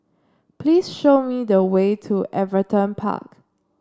please show me the way to Everton Park